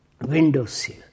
windowsill